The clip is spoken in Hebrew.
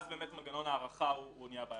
אז מנגנון ההארכה נהיה בעייתי.